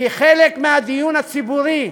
כי חלק מהדיון הציבורי,